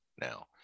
now